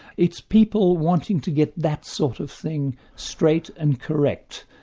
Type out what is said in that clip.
it's people wanting to get that sort of thing straight and correct,